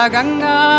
Ganga